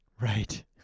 right